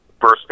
first